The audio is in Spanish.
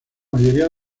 mayoría